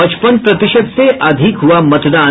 पचपन प्रतिशत से अधिक हुआ मतदान